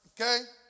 okay